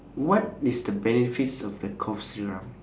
what is the benefits of the cough syrup